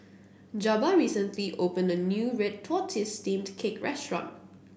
Jabbar recently opened a new Red Tortoise Steamed Cake restaurant